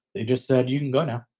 they just said you can go to.